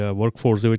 workforce